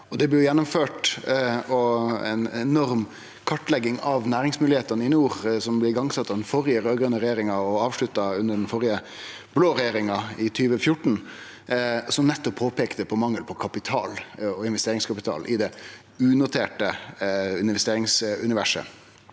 Det blei gjennomført ei enorm kartlegging av næringsmoglegheitene i nord – igangsett av den førre raud-grøne regjeringa og avslutta under den førre blå regjeringa, i 2014 – som nettopp peikte på mangel på investeringskapital i det unoterte investeringsuniverset.